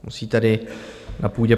Musí tady na půdě